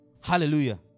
Hallelujah